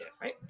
right